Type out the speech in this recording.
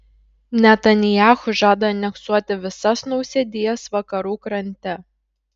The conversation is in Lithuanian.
netanyahu žada aneksuoti visas nausėdijas vakarų krante